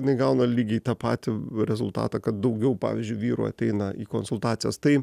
jinai gauna lygiai tą patį rezultatą kad daugiau pavyzdžiui vyrų ateina į konsultacijas tai